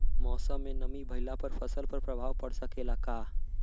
मौसम में नमी भइला पर फसल पर प्रभाव पड़ सकेला का?